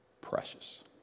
precious